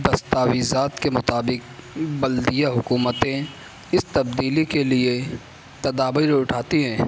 دستاویزات کے مطابق بلدیہ حکومتیں اس تبدیلی کے لیے تدابیر اٹھاتی ہیں